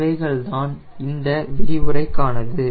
இவைகள் தான் இந்த விரிவுரைக்கானது